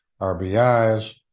RBIs